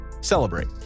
celebrate